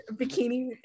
bikini